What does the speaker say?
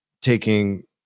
taking